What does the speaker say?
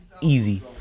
easy